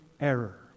error